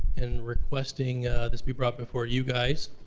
and requesting this be brought before you guys.